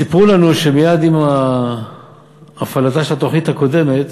סיפרו לנו שמייד עם הפעלתה של התוכנית הקודמת,